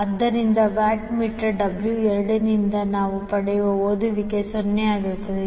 ಆದ್ದರಿಂದ watt meter W 2 ನಿಂದ ನಾವು ಪಡೆಯುವ ಓದುವಿಕೆ 0 ಆಗಿರುತ್ತದೆ